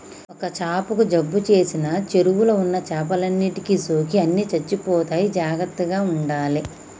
ఒక్క చాపకు జబ్బు చేసిన చెరువుల ఉన్న చేపలన్నిటికి సోకి అన్ని చచ్చిపోతాయి జాగ్రత్తగ ఉండాలే